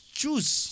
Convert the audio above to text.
Choose